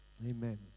Amen